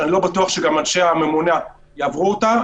שאני לא בטוח שגם אנשי הממונה יעברו אותה,